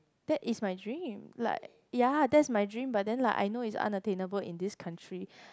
that is my dream like ya that's my dream but then like I know is unattainable in this country